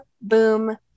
Boom